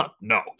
No